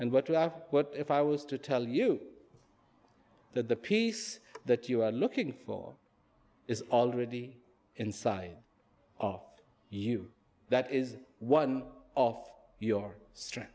and what we have if i was to tell you that the peace that you are looking for is already inside of you that is one of your strength